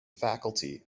faculty